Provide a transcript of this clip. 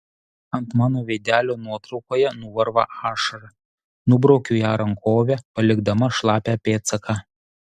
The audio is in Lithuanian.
ant mano veidelio nuotraukoje nuvarva ašara nubraukiu ją rankove palikdama šlapią pėdsaką